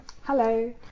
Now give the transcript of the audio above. Hello